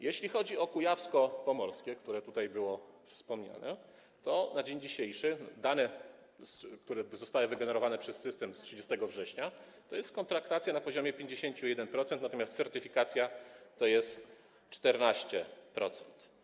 Jeśli chodzi o województwo kujawsko-pomorskie, które tutaj było wspomniane - dane na dzień dzisiejszy, które zostały wygenerowane przez system, z 30 września - to jest kontraktacja na poziomie 51%, natomiast certyfikacja to jest 14%.